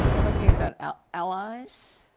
talking about allies?